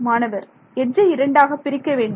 மாணவர் எட்ஜை இரண்டாக பிரிக்க வேண்டும்